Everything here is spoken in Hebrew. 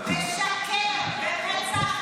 שיסוי או משהו בסגנון.